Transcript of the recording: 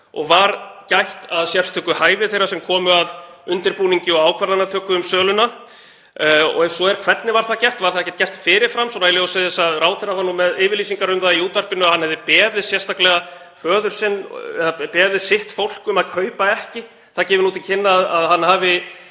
og var gætt að sérstöku hæfi þeirra sem komu að undirbúningi og ákvarðanatöku um söluna og ef svo er, hvernig var það gert? Var það ekki gert fyrir fram, í ljósi þess að ráðherra var með yfirlýsingar um það í útvarpinu að hann hefði sérstaklega beðið föður sinn og sitt fólk um að kaupa ekki? Það gefur til kynna að hann hafi